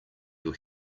your